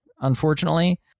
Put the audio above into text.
unfortunately